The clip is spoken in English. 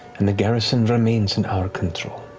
and the garrison remains in our control.